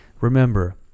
Remember